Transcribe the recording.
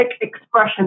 expression